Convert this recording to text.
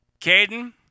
Caden